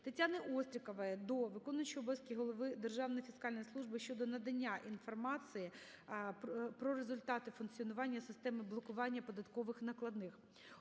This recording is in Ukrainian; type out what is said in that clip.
ТетяниОстрікової до виконуючого обов'язки голови Державної фіскальної служби України щодо надання інформації про результати функціонування системи блокування податкових накладних.